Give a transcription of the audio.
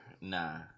nah